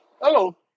Hello